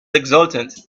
exultant